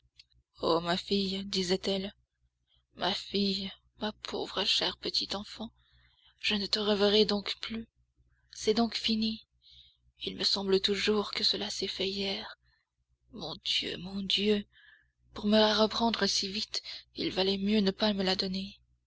ô ma fille disait-elle ma fille ma pauvre chère petite enfant je ne te verrai donc plus c'est donc fini il me semble toujours que cela s'est fait hier mon dieu mon dieu pour me la reprendre si vite il valait mieux ne pas me la donner